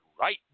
right